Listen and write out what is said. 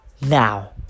now